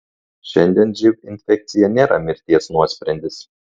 šiandien živ infekcija nėra mirties nuosprendis